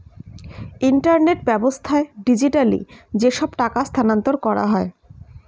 internet ব্যাবস্থায় digitally যেসব টাকা স্থানান্তর করা হয়